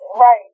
Right